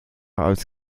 als